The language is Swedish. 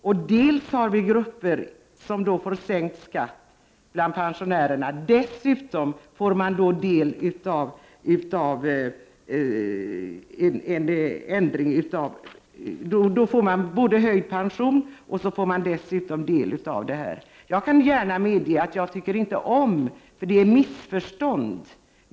Vi har grupper bland pensionärer som får både sänkt skatt och höjd pension. Jag kan gärna medge att jag inte tycker om det, för det bäddar för missförstånd.